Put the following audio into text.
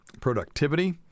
productivity